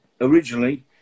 originally